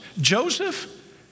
Joseph